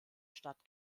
stadt